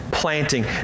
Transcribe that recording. planting